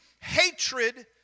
hatred